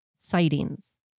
Sightings